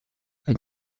ein